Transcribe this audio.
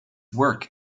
work